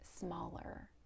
smaller